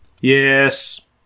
Yes